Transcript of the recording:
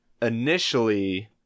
initially